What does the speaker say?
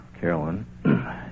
Carolyn